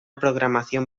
programación